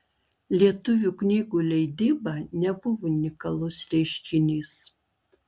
lietuvių knygų leidyba nebuvo unikalus reiškinys